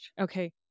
Okay